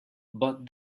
but